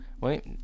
Wait